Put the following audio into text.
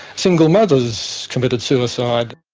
single mothers committed suicide.